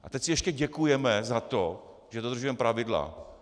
A teď si ještě děkujeme za to, že dodržujeme pravidla.